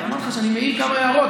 אמרתי לך שאני מעיר כמה הערות.